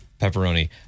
Pepperoni